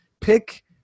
Pick